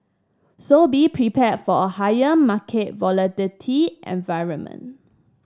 so be prepared for a higher market volatility environment